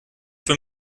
für